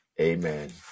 Amen